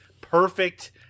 perfect